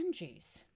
Andrews